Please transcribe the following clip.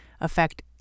affect